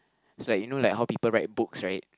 it's like you know like how people write books right